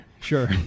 sure